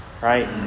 right